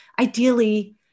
ideally